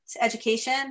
education